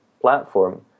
platform